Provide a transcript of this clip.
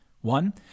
One